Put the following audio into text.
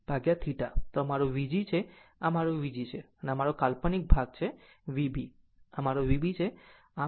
તો આ મારો V g છે આમ આ ભાગ V g છે અને આ મારો કાલ્પનિક ભાગ છે Vb આમ આ મારો Vb છે